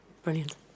Brilliant